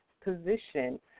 position